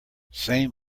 same